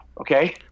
Okay